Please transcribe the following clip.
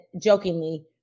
jokingly